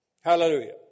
Hallelujah